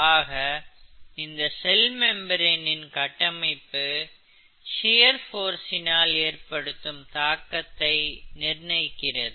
ஆக இந்த cell membrane இன் கட்டமைப்பு ஷியர் போர்சினால் ஏற்படுத்தும் தாக்கத்தை நிர்ணயிக்கிறது